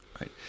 Right